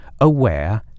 aware